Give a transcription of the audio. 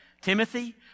Timothy